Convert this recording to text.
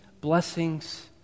blessings